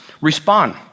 respond